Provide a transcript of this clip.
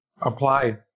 applied